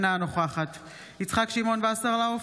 אינה נוכחת יצחק שמעון וסרלאוף,